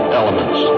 elements